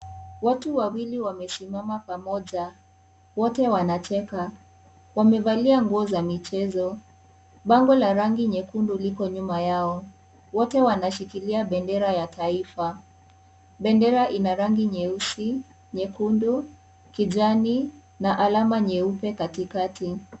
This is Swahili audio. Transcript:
Watu wawili wamesimama pamoja. Wote wanacheka. Wamevalia nguo za michezo. Bango la rangi nyekundu liko nyuma yao. Wote wanashikilia bendera ya taifa. Bendera ina rangi nyeusi, nyekundu, kijani na alama nyeupe katikati.